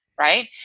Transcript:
Right